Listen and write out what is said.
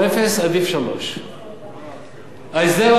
עדיף 3. ההסדר האמור,